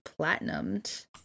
platinumed